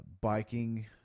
biking